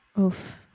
Oof